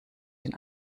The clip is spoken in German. den